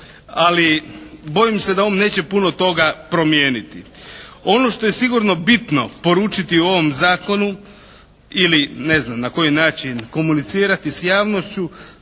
Ali bojim se da on neće puno toga promijeniti. Ono što je sigurno bitno poručiti u ovom zakonu ili ne znam na koji način komunicirati sa javnošću